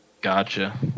gotcha